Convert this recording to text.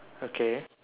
okay